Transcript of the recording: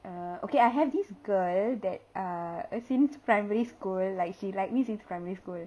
err okay I have this girl that err since primary school like she like me since primary school